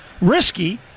Risky